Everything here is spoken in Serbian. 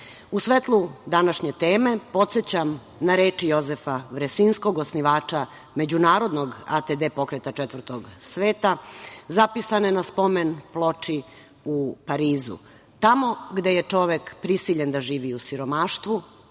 svetlu današnje teme podsećam na reči Jozefa Vresinskog osnivača međunarodnog ATD Pokreta četvrtog sveta zapisanih na spomen-ploči u Parizu: „Tamo gde je čovek prisiljen da živi u siromaštvu